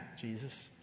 jesus